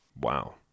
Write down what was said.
Wow